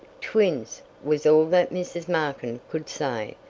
twins! was all that mrs. markin could say,